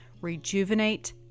rejuvenate